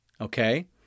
Okay